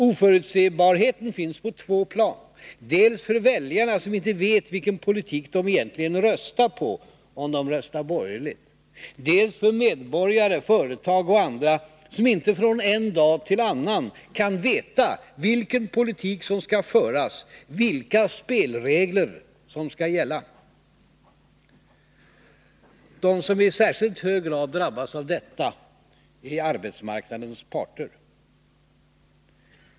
Oförutsebarheten finns på två plan: dels för väljarna, som inte vet vilken politik de egentligen röstar på om de röstar borgerligt, dels för medborgare, företag och andra, som inte från en dag till en annan kan veta vilken politik som skall föras och vilka spelregler som skall gälla. De som i särskilt hög grad drabbas av detta är arbetsmarknadens parter.